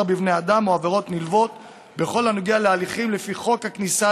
בבני אדם או עבירות נלוות בכל הנוגע להליכים לפי חוק הכניסה